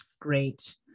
great